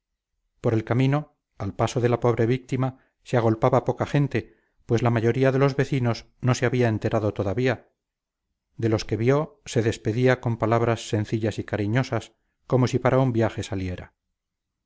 por el camino al paso de la pobre víctima se agolpaba poca gente pues la mayoría de los vecinos no se había enterado todavía de los que vio se despedía con palabras sencillas y cariñosas como si para un viaje saliera